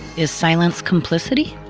is silence complicity?